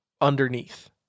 underneath